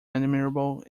admirable